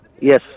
Yes